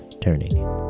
turning